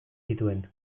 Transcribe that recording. zituen